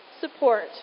support